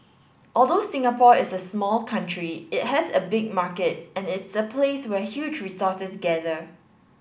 although Singapore is a small country it has a big market and its a place where huge resources gather